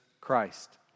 Christ